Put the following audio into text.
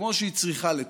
כמו שהיא צריכה לתפקד,